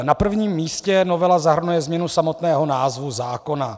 Na prvním místě novela zahrnuje změnu samotného názvu zákona.